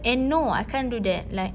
and no I can't do that like